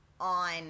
on